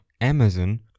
Amazon